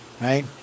right